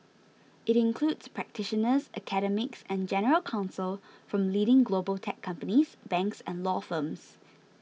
it includes practitioners academics and general counsel from leading global tech companies banks and law firms